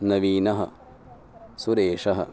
नवीनः सुरेशः